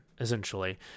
essentially